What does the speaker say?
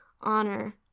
honor